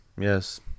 Yes